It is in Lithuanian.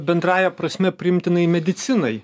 bendrąja prasme priimtinai medicinai